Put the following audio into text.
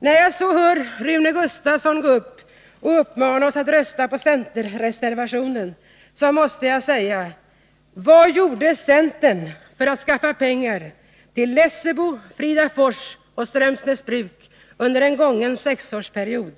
Efter att ha hört Rune Gustavsson uppmana oss att rösta på centerreservationen måste jag fråga: Vad gjorde centern för att skaffa pengar till Lessebo, Fridafors och Strömsnäsbruk under den gångna sexårsperioden?